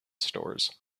stores